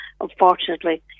unfortunately